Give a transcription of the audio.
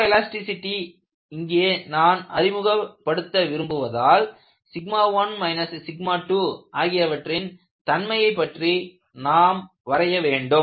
photo elasticity ஐ இங்கே நான் அறிமுகப்படுத்த விரும்புவதால் 1 2ஆகியவற்றின் தன்மையைப் பற்றி நாம் வரைய வேண்டும்